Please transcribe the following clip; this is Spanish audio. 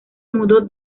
mudó